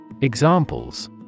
Examples